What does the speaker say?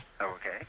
Okay